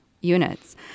units